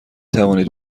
توانید